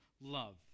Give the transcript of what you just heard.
love